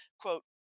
quote